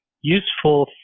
useful